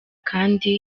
kandi